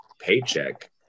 paycheck